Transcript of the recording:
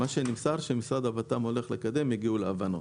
נמסר שמשרד לביטחון פנים הולך לקדם והגיעו להבנות.